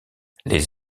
les